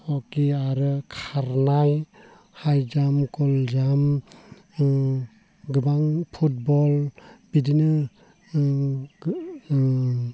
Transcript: hockey आरो खारनाय हाय जाम लं जाम गोबां फुटबल बिदिनो